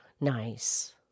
Nice